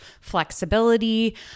flexibility